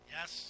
Yes